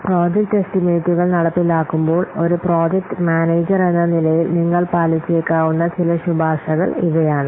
project എസ്റ്റിമേറ്റുകൾ നടപ്പിലാക്കുമ്പോൾ ഒരു പ്രോജക്റ്റ് മാനേജർ എന്ന നിലയിൽ നിങ്ങൾ പാലിച്ചേക്കാവുന്ന ചില ശുപാർശകൾ ഇവയാണ്